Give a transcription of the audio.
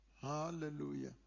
Hallelujah